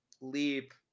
leap